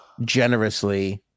generously